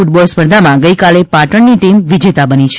football સ્પર્ધામાં ગઇકાલે પાટણની ટીમ વિજેતા બની છે